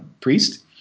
priest